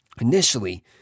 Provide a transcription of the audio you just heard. Initially